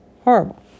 horrible